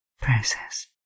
process